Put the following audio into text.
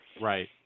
Right